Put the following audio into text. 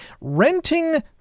Renting